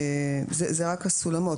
אלה רק הסולמות.